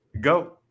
go